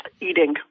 Eating